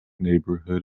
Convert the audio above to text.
neighborhood